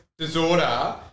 disorder